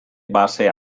base